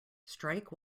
strike